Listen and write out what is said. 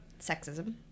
sexism